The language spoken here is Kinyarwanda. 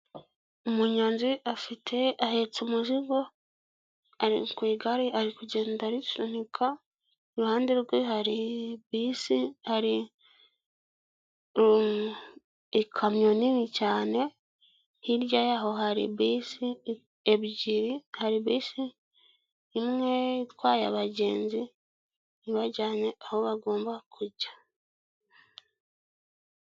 Umunyozi afite ahetse umuzigo ku igare ari kugenda arisunika, iruhande rwe hari bisi hari ikamyo nini cyane, hirya yaho hari bisi ebyiri, hari bisi imwe itwaye abagenzi ibajyane aho bagomba kujya.